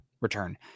return